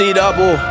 double